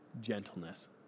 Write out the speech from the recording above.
Gentleness